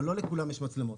אבל לא לכולם יש מצלמות.